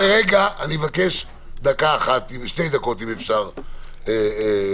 אני מבקש שתי דקות בשבילי.